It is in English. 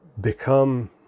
become